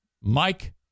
Mike